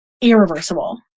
irreversible